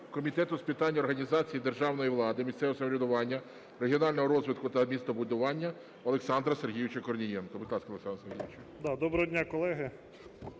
Комітету з питань організації державної влади, місцевого самоврядування, регіонального розвитку та містобудування Олександра Сергійовича Корнієнка.